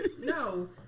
No